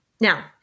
Now